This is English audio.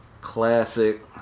Classic